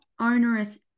onerous